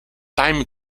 time